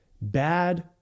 bad